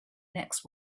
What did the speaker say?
next